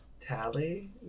Tally